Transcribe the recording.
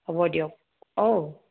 হ'ব দিয়ক ঔ